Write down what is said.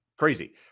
Crazy